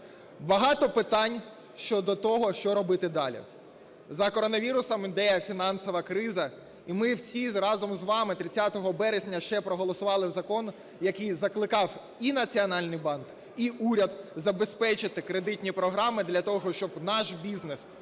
Багато питань щодо того, що робити далі. За коронавірусом іде фінансова криза. І ми всі разом з вами 30 березня ще проголосували закон, який закликав і Національний банк, і уряд забезпечити кредитні програми для того, щоб наш бізнес,